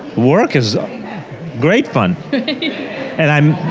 work is um great fun and i um